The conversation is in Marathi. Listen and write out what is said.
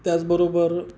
त्याचबरोबर